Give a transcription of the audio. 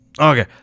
Okay